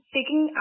taking